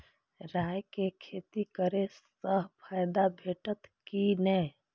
राय के खेती करे स फायदा भेटत की नै?